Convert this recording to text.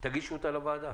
תגישו אותה לוועדה?